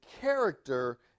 character